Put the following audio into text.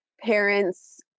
parents